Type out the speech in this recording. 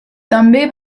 també